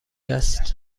است